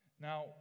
Now